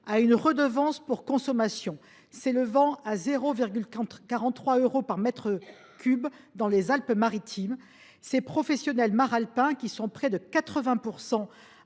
à une redevance pour consommation atteignant 0,43 euro par mètre cube dans les Alpes Maritimes, ces professionnels maralpins, dont près de 80